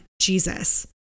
Jesus